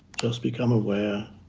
just become aware